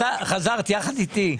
שחזרת יחד איתי.